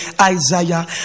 Isaiah